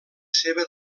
seva